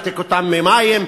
לנתק אותם ממים,